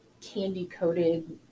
candy-coated